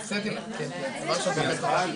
אני צריך קלינאית תקשורת צמודה לרופאים